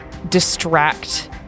distract